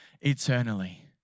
eternally